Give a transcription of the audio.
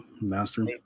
Master